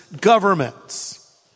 governments